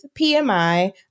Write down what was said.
PMI